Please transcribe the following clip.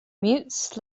mutes